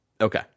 Okay